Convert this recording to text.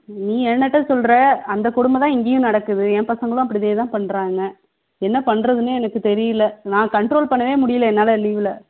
நீ என்கிட்ட சொல்கிற அந்த கொடுமை தான் இங்கேயும் நடக்குது என் பசங்களும் அப்படி இதே தான் பண்ணுறாங்க என்ன பண்ணுறதுனே எனக்கு தெரியல நான் கண்ட்ரோல் பண்ணவே முடியல என்னால் லீவில்